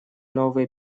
новые